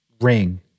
ring